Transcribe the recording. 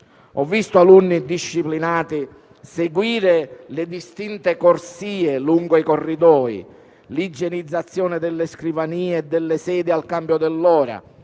Ho visto alunni disciplinati seguire le distinte corsie lungo i corridoi; ho visto l'igienizzazione delle scrivanie e delle sedie al cambio dell'ora;